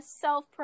self